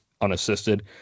unassisted